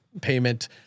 payment